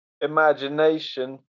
imagination